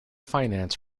finance